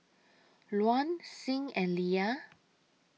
Luann Sing and Lia